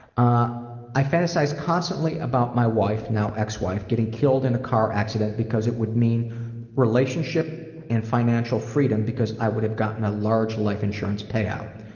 i i fantasize constantly about my wife now ex-wife getting killed in a car accident, because it would mean relationship and financial freedom, because i would've gotten a large life insurance payout.